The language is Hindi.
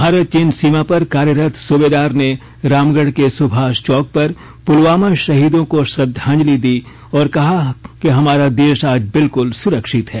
भारत चीन सीमा पर कार्यरत सूबेदार ने रामगढ़ के सुभाष चौक पर पुलवामा शहीदों को श्रद्वांजलि दी और कहा हमारा देश आज बिल्कुल सुरक्षित है